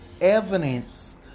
evidence